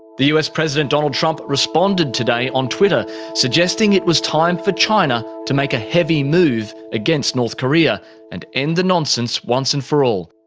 the us president donald trump responded today on twitter, suggesting it was time for china to make a heavy move against north korea and end the nonsense once and for all.